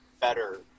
better